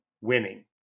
winning